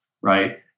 right